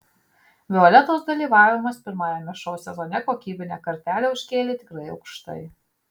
violetos dalyvavimas pirmajame šou sezone kokybinę kartelę užkėlė tikrai aukštai